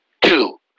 two